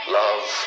love